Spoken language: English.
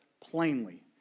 plainly